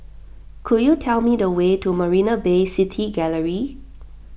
could you tell me the way to Marina Bay City Gallery